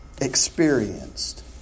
experienced